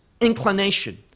inclination